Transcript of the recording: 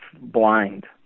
blind